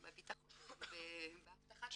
בביטחון, באבטחת המידע.